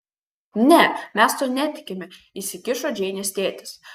ne mes tuo netikime įsikišo džeinės tėtis